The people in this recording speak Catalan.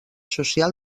social